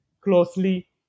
closely